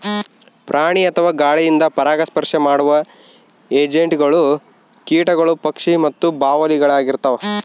ಪ್ರಾಣಿ ಅಥವಾ ಗಾಳಿಯಿಂದ ಪರಾಗಸ್ಪರ್ಶ ಮಾಡುವ ಏಜೆಂಟ್ಗಳು ಕೀಟಗಳು ಪಕ್ಷಿ ಮತ್ತು ಬಾವಲಿಳಾಗಿರ್ತವ